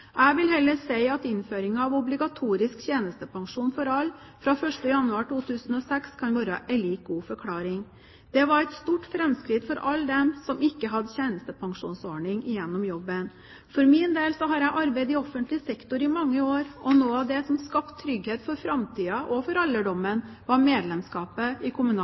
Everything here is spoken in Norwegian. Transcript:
Jeg vil heller si at innføringen av obligatorisk tjenestepensjon for alle fra 1. januar 2006 kan være en like god forklaring. Det var et stort framskritt for alle dem som ikke hadde tjenestepensjonsordning gjennom jobben. For min del har jeg arbeidet i offentlig sektor i mange år, og noe av det som skapte trygghet for framtiden og alderdommen, var medlemskapet i